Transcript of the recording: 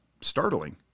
startling